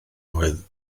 oedd